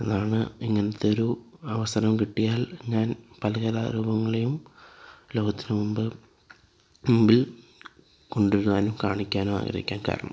എന്നാണ് ഇങ്ങനത്തൊരു അവസരം കിട്ടിയാൽ ഞാൻ പല കലാ രൂപങ്ങളെയും ലോകത്തിന് മുമ്പിൽ കൊണ്ടുവരാനും കാണിക്കാനും ആഗ്രഹിക്കാൻ കാരണം